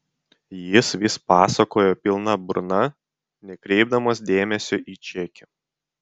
jis vis pasakojo pilna burna nekreipdamas dėmesio į čekį